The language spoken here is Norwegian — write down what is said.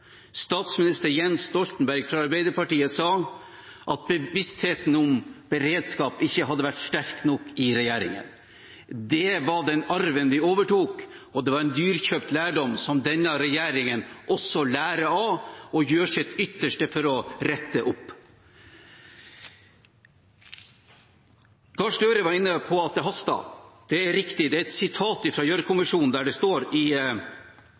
Statsminister Jens Stoltenberg fra Arbeiderpartiet sa at bevisstheten om beredskap ikke hadde vært sterk nok i regjeringen. Det var den arven vi overtok, og det var en dyrekjøpt lærdom, som denne regjeringen også lærer av og gjør sitt ytterste for å rette opp. Representanten Gahr Støre var inne på at det haster. Det er riktig. Det er et sitat fra Gjørv-kommisjonen, der det står i oppsummeringskapitlet: «Derfor er det viktig å ta tak i